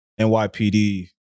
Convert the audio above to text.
NYPD